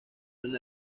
una